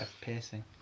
Piercing